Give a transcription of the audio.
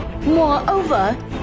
Moreover